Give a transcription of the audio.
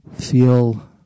Feel